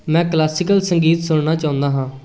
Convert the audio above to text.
ਮੈਂ ਕਲਾਸੀਕਲ ਸੰਗੀਤ ਸੁਣਨਾ ਚਾਹੁੰਦਾ ਹਾਂ